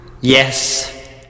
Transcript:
Yes